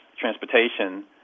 transportation